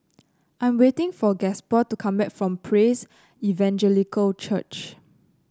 I am waiting for Gasper to come back from Praise Evangelical Church